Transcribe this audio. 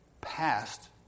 past